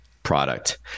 product